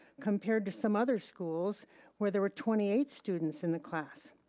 compared to some other schools where there were twenty eight students in the class.